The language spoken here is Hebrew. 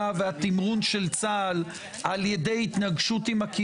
של צה"ל על מנת לחתור להצגת פתרונות פוליטיים ומדיניים